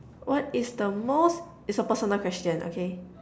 what is the most is a personal question okay